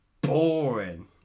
boring